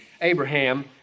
Abraham